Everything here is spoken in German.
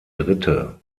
dritte